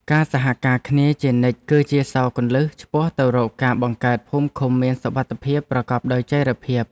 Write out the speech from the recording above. ការសហការគ្នាជានិច្ចគឺជាសោរគន្លឹះឆ្ពោះទៅរកការបង្កើតភូមិឃុំមានសុវត្ថិភាពប្រកបដោយចីរភាព។